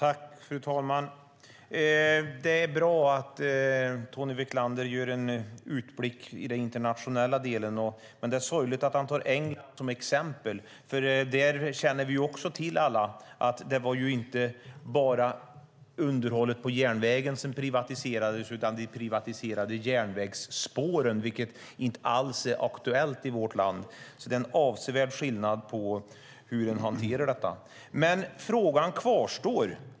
Fru talman! Det är bra att Tony Wiklander gör en internationell utblick, men det är sorgligt att han tar England som exempel. Alla känner vi till att det inte var bara underhållet av järnvägen som privatiserades där utan också järnvägsspåren, vilket inte alls är aktuellt i vårt land. Så det är avsevärd skillnad i hur man hanterar detta.